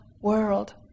world